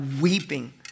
weeping